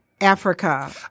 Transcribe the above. Africa